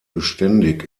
beständig